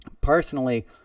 Personally